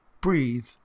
Breathe